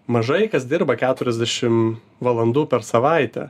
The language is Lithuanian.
mažai kas dirba keturiasdešim valandų per savaitę